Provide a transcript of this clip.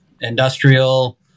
Industrial